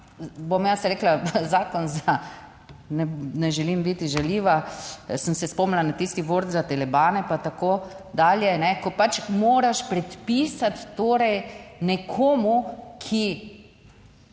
bom jaz rekla zakon za, ne želim biti žaljiva, sem se spomnila na tisti dvorec za telebane pa tako dalje, ko pač moraš predpisati, torej nekomu, ki